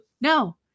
No